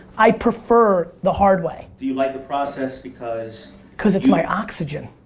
i prefer the hard way. do you like the process because cause it's my oxygen,